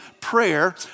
prayer